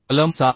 कलम 7